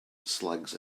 slugs